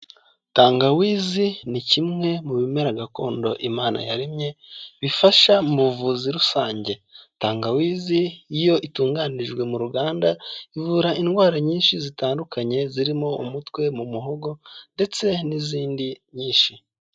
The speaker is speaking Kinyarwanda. Tangawizi ni kimwe mu bimera gakondo imana yaremye bifasha mu buvuzi rusange, tangawizi iyo itunganirijwe mu ruganda ivura indwara nyinshi zitandukanye zirimo umutwe, mu muhogo ndetse n'izindi nyinshi.